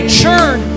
churn